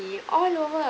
all over